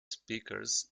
speakers